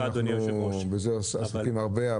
אנחנו עסוקים בזה הרבה.